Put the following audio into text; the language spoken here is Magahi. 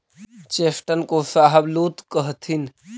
चेस्टनट को शाहबलूत कहथीन